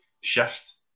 shift